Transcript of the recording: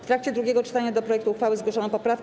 W trakcie drugiego czytania do projektu uchwały zgłoszono poprawkę.